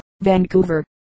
Vancouver